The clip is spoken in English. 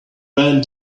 ran